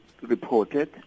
reported